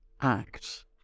act